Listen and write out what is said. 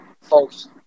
folks